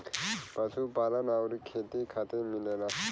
पशुपालन आउर खेती खातिर मिलेला